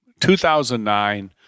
2009